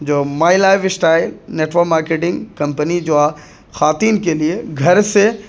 جو my lifestyle network marketing company جو خواتین کے لیے گھر سے